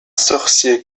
sorcier